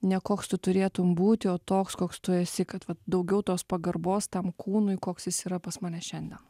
ne koks tu turėtum būti o toks koks tu esi kad vat daugiau tos pagarbos tam kūnui koks jis yra pas mane šiandien